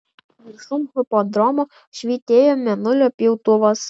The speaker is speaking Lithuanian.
viršum hipodromo švytėjo mėnulio pjautuvas